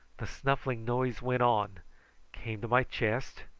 the snuffling noise went on came to my chest,